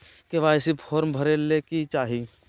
KYC form भरे ले कि चाही?